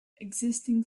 existing